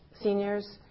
seniors